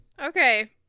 Okay